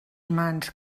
mans